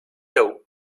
doe